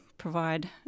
provide